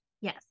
Yes